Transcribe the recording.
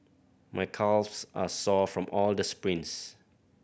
my calves are sore from all the sprints